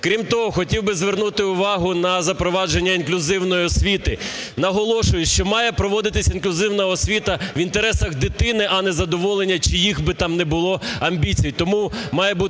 Крім того, хотів би звернути увагу на запровадження інклюзивної освіти. Наголошую, що має проводитись інклюзивна освіта в інтересах дитини, а не задоволення чиїх би там не було амбіцій. Тому має бути